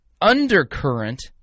undercurrent